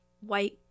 white